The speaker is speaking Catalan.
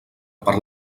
per